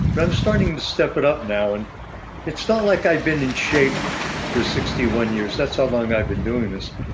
but i'm starting to step it up now, and it's not like i've been in shape for sixty one years. that's how long i've been doing this.